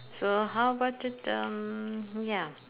so how about it um ya